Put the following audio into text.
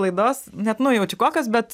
laidos net nujaučiu kokios bet